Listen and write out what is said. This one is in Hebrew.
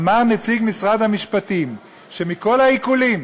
אמר נציג משרד המשפטים שמכל העיקולים